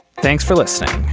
thanks for listening.